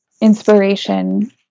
inspiration